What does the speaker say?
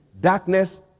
darkness